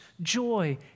joy